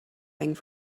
getting